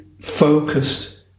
focused